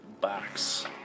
box